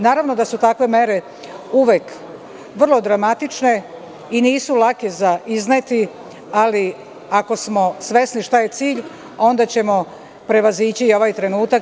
Naravno da su takve mere uvek vrlo dramatične i nisu lake za izneti, ali ako smo svesni šta je cilj, onda ćemo prevazići i ovaj trenutak.